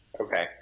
Okay